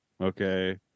Okay